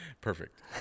Perfect